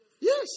Yes